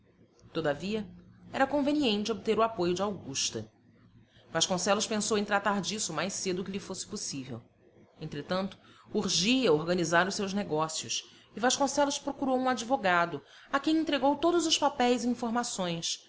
seguinte todavia era conveniente obter o apoio de augusta vasconcelos pensou em tratar disso o mais cedo que lhe fosse possível entretanto urgia organizar os seus negócios e vasconcelos procurou um advogado a quem entregou todos os papéis e informações